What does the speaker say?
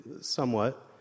somewhat